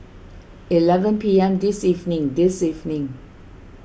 eleven P M this evening this evening